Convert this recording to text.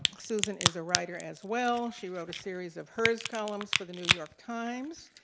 susan is a writer as well she wrote a series of hers columns for the new york times,